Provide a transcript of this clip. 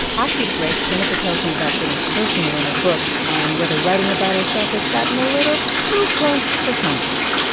after the break, jennifer tells me about getting personal in her books and whether writing about herself has gotten a little too close for comfort